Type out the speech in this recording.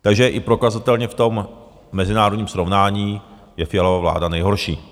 Takže i prokazatelně v tom mezinárodním srovnání je Fialova vláda nejhorší.